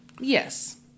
yes